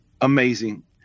amazing